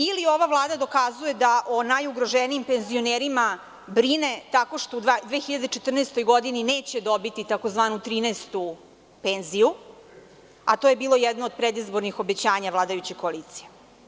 Ili ova Vlada dokazuje da o najugroženijim penzionerima brine tako što u 2014. godini neće dobiti tzv. 13 penziju, a to je bilo jedno od predizbornih obećanja vladajuće koalicije?